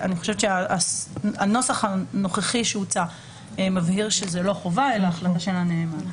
אני חושבת שהנוסח הנוכחי שהוצע מבהיר שזה לא חובה אלא החלטה של הנאמן.